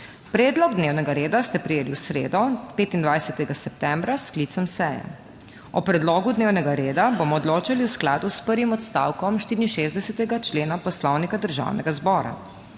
Predlog dnevnega reda ste prejeli v sredo, 25. septembra, s sklicem seje. O predlogu dnevnega reda bomo odločali v skladu s prvim odstavkom 64. člena Poslovnika Državnega zbora.